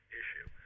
issue